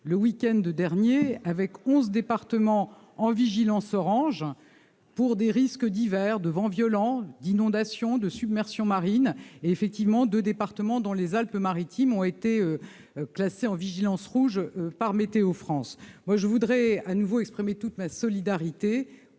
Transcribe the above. le week-end dernier, avec onze départements en vigilance orange pour des risques divers de vents violents, d'inondations, de submersions marines. Effectivement, deux départements, dont les Alpes-Maritimes, ont été classés en vigilance rouge par Météo France. Je voudrais de nouveau exprimer toute ma solidarité